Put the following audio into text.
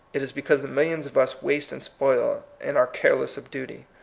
it is because the millions of us waste and spoil, and are careless of duty.